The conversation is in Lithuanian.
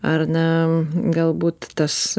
ar na galbūt tas